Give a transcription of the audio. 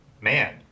man